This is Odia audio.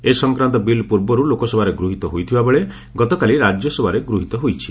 ଏ ସଂକ୍ରାନ୍ତ ବିଲ୍ ପୂର୍ବରୁ ଲୋକସଭାରେ ଗୃହୀତ ହୋଇଥିବାବେଳେ ଗତକାଲି ରାଜ୍ୟସଭାରେ ଗୃହୀତ ହୋଇଛି